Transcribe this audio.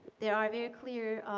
there are very clear